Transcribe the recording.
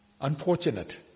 Unfortunate